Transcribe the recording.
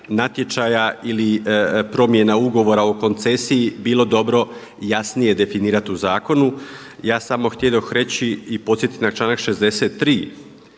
natječaja ili promjena ugovora o koncesiji bilo dobro jasnije definirati u zakonu. Ja samo htjedoh reći i podsjetiti na članak 63.